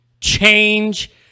Change